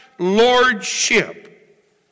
Lordship